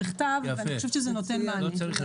אני חושבת שזה נותן מענה.